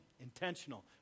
intentional